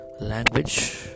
language